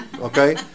okay